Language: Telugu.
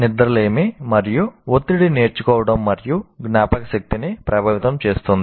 నిద్ర లేమి మరియు ఒత్తిడి నేర్చుకోవడం మరియు జ్ఞాపకశక్తిని ప్రభావితం చేస్తుంది